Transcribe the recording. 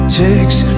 takes